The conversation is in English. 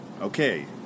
Okay